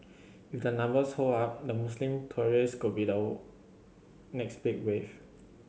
if the numbers hold up the Muslim tourist could be the next big wave